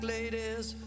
ladies